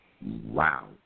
Wow